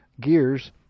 gears